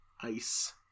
ice